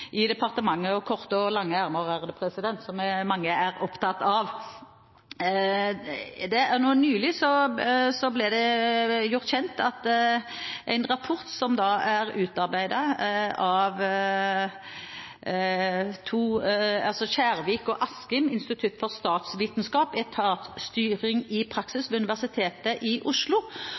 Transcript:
i departementet og «korte og lange ermer», som mange er opptatt av. Nå nylig ble det lagt frem en rapport som er utarbeidet av Kjærvik og Askim ved Institutt for statsvitenskap, Universitetet i Oslo,